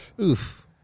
Oof